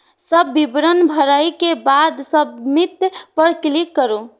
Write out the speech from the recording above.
सब विवरण भरै के बाद सबमिट पर क्लिक करू